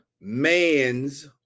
man's